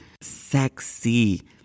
sexy